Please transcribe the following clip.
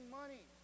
money